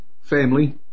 family